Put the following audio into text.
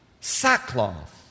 sackcloth